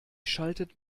schaltet